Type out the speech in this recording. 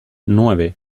nueve